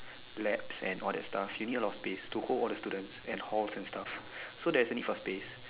labs and all that stuff you need a lot of space to hold all the students and halls and stuff so there is a need for space